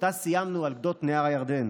שאותה סיימנו על גדות נהר הירדן.